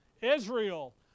Israel